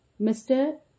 Mr